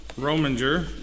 Rominger